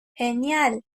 genial